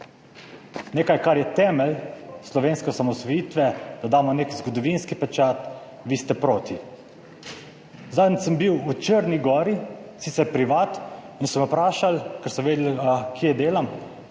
Nekaj, kar je temelj slovenske osamosvojitve, da damo nek zgodovinski pečat – vi ste proti. Zadnjič sem bil v Črni gori, sicer privatno, in so me vprašali, ker so vedeli, kje delam,